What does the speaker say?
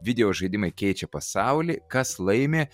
videožaidimai keičia pasaulį kas laimi